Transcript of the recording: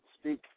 speak